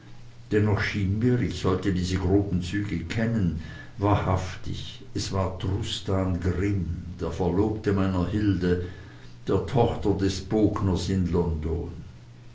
dennoch schien mir ich sollte diese groben züge kennen wahrhaftig es war trustan grimm der verlobte meiner hilde der tochter des bogners in london